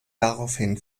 daraufhin